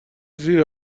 زیر